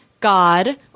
God